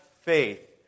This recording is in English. faith